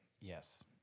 yes